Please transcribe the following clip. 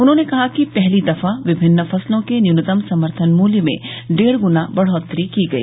उन्होंने कहा कि पहली दफा विमिन्न फसलों के न्यूनतम समर्थन मूल्य में डेढ गुणा बढोतरी की गई